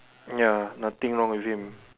ya nothing wrong with him